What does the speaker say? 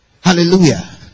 Hallelujah